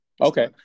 okay